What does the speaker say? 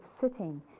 sitting